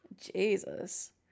Jesus